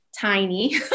tiny